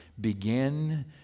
begin